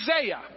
Isaiah